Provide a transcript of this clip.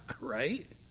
right